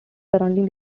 surrounding